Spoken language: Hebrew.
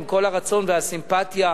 עם כל הרצון והסימפתיה,